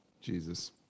Jesus